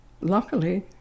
luckily